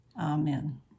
Amen